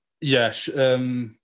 Yes